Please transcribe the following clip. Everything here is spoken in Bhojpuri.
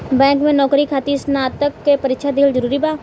बैंक में नौकरी खातिर स्नातक के परीक्षा दिहल जरूरी बा?